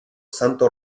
santo